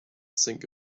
sink